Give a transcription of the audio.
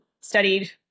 studied